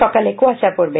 সকালে কুয়াশা পড়বে